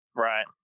Right